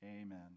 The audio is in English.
Amen